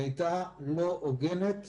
היא הייתה לא הוגנת